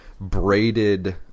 braided